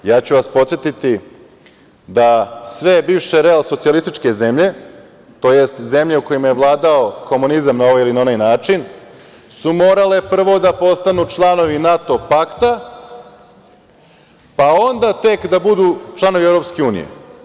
Ja ću vas podsetiti da sve bivše real-socijalističke zemlje tj. zemlje u kojima je vladao komunizam na ovaj ili onaj način su morale prvo da postanu članovi NATO pakta, pa onda tek da budu članovi EU.